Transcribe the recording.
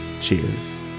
cheers